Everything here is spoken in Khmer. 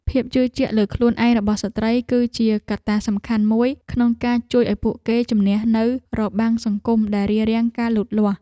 ភាពជឿជាក់លើខ្លួនឯងរបស់ស្ត្រី គឺជាកត្តាសំខាន់មួយក្នុងការជួយឱ្យពួកគេជម្នះនូវរបាំងសង្គមដែលរារាំងការលូតលាស់។